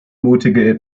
mutige